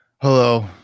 Hello